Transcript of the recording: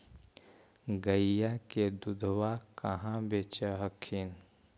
गईया के दूधबा कहा बेच हखिन?